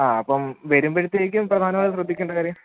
ആ അപ്പം വരുമ്പോഴത്തേക്കും പ്രധാനമായിട്ടും ശ്രദ്ധിക്കേണ്ട കാര്യം